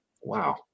Wow